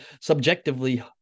subjectively